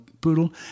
poodle